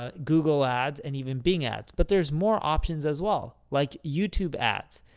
ah google ads and even bing ads. but there's more options, as well, like youtube ads.